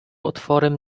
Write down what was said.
otworem